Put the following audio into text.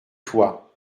toi